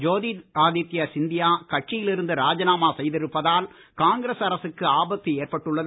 ஜோதிராதித்யா சிந்தியா கட்சியில் இருந்து ராஜினாமா செய்திருப்பதால் காங்கிரஸ் அரசுக்கு ஆபத்து ஏற்பட்டுள்ளது